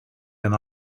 and